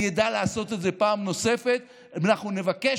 אני אדע לעשות את זה פעם נוספת אם אנחנו נבקש